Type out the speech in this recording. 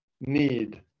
need